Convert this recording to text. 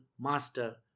master